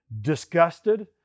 disgusted